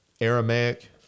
Aramaic